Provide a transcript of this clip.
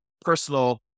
personal